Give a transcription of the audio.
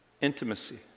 intimacy